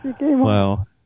Wow